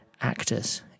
actors